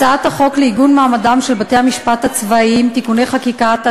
הצעת החוק לעיגון מעמדם של בתי-המשפט הצבאיים (תיקוני חקיקה),